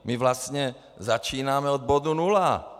My vlastně začínáme od bodu nula.